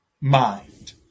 mind